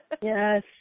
Yes